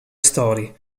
story